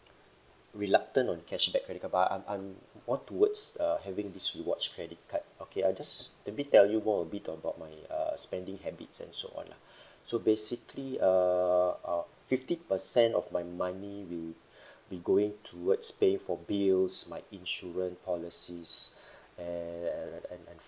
reluctant on cashback credit card but I'm I'm more towards err having this rewards credit card okay I'll just maybe tell you more a bit about my uh spending habits and so on lah so basically uh uh fifty percent of my money will be going towards pay for bills my insurance policies and and and